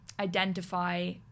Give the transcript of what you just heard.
identify